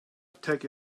take